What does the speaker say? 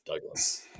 douglas